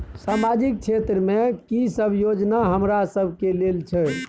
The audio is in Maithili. सामाजिक क्षेत्र में की सब योजना हमरा सब के लेल छै?